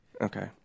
Okay